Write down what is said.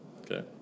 okay